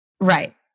Right